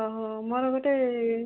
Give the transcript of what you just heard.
ହୋଉ ମୋର ଗୋଟେ